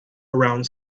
around